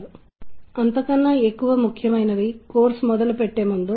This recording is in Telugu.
లోకి వెళ్లి అక్కడ ఒక నిర్దిష్ట రకమైన సంగీతాన్ని కనుగొంటారు